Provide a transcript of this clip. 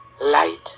light